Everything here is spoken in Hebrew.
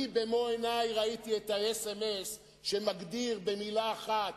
אני במו-עיני ראיתי את האס.אם.אס שמגדיר במלה אחת,